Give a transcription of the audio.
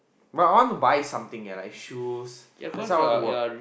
but I want to buy something eh like shoes that's why I want to work